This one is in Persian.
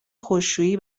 خشکشویی